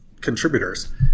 contributors